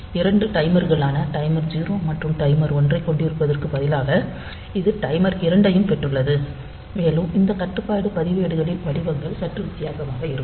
2 டைமர்களான டைமர் 0 மற்றும் டைமர் 1 ஐக் கொண்டிருப்பதற்குப் பதிலாக இது டைமர் 2 ஐயும் பெற்றுள்ளது மேலும் இந்த கட்டுப்பாட்டு பதிவேடுகளின் வடிவங்கள் சற்று வித்தியாசமாக இருக்கும்